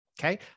okay